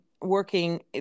working